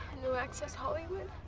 no access hollywood?